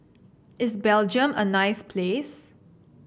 is Belgium a nice place